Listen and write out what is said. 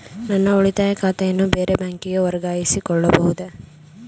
ನನ್ನ ಉಳಿತಾಯ ಖಾತೆಯನ್ನು ಬೇರೆ ಬ್ಯಾಂಕಿಗೆ ವರ್ಗಾಯಿಸಿಕೊಳ್ಳಬಹುದೇ?